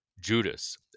Judas